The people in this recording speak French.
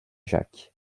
jacques